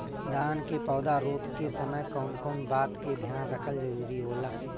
धान के पौधा रोप के समय कउन कउन बात के ध्यान रखल जरूरी होला?